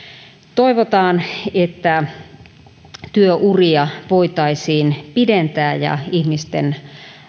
toivotaan että työuria voitaisiin pidentää ja ihmisten